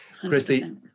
Christy